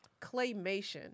claymation